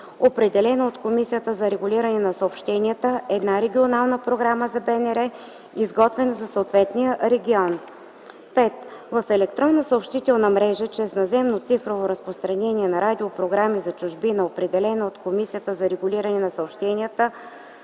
определена от Комисията за регулиране на съобщенията – една регионална програма на БНР, изготвена за съответния регион; 5. в електронна съобщителна мрежа за наземно цифрово разпространение на радиопрограми за чужбина, определена от Комисията за регулиране на съобщенията